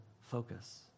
focus